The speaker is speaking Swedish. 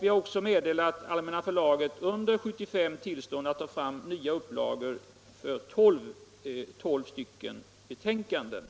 Vi har även under år 1975 meddelat Allmänna förlaget tillstånd att ta fram nya upplagor för 12 betänkanden.